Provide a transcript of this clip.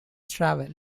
travels